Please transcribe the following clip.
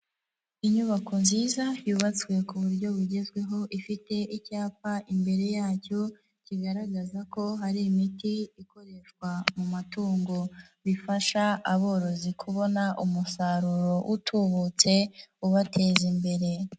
Inyubako nziza yubatswe ku buryo bugezweho, ifite icyapa imbere yacyo kigaragaza ko hari imiti ikoreshwa mu matungo, bifasha aborozi kubona umusaruro utubutse ubateza imbere.